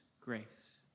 grace